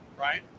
right